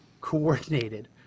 coordinated